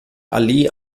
allee